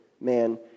man